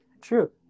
True